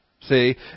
See